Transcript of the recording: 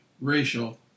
racial